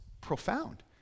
profound